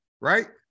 right